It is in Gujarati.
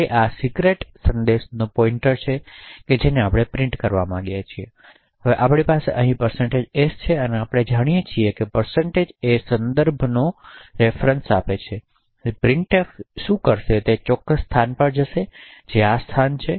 આ તે ગુપ્ત સંદેશનો પોઈંટર છે કે જેને આપણે પ્રિન્ટ કરવા માંગીએ છીએ હવે આપણી પાસે અહીં s છે અને આપણે જાણીએ છીએ કે એ સંદર્ભનો સંદર્ભ આપે છે તેથી પ્રિન્ટફ શું કરશે તે તે ચોક્કસ સ્થાન પર જશે જે આ સ્થાન ઉપર છે